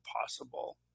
possible